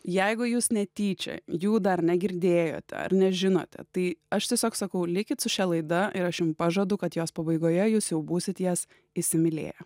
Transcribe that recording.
jeigu jūs netyčia jų dar negirdėjote ar nežinote tai aš tiesiog sakau likit su šia laida ir aš jum pažadu kad jos pabaigoje jūs jau būsit jas įsimylėję